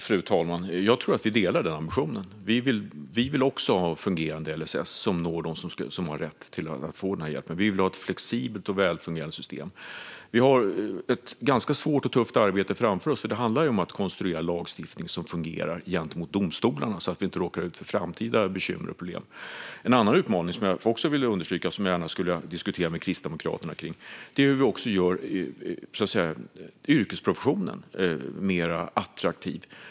Fru talman! Jag tror att vi delar den ambitionen. Vi vill också ha en fungerande LSS som når dem som har rätt till den hjälpen. Vi vill ha ett flexibelt och välfungerande system. Vi har ett ganska svårt och tufft arbete framför oss, för det handlar om att konstruera lagstiftning som fungerar gentemot domstolarna så att vi inte råkar ut för framtida bekymmer och problem. En annan utmaning som jag också vill understryka och gärna skulle vilja diskutera med Kristdemokraterna är hur vi gör professionen mer attraktiv.